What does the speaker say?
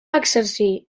exercir